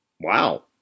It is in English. Wow